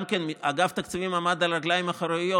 גם כן אגף תקציבים עמד על הרגליים האחוריות,